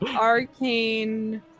Arcane